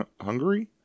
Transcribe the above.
Hungary